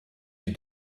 die